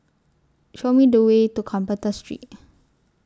Show Me The Way to Carpenter Street